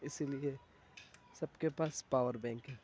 اسی لیے سب کے پاس پاور بینک ہے